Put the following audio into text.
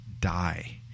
die